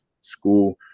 school